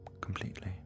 completely